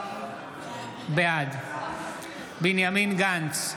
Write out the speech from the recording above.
בעד בנימין גנץ,